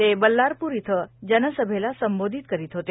ते बल्लारपूर इथं जनसभेला संबोधित करीत होते